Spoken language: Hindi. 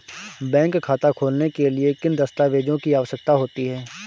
बैंक खाता खोलने के लिए किन दस्तावेज़ों की आवश्यकता होती है?